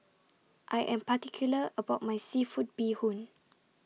I Am particular about My Seafood Bee Hoon